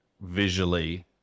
visually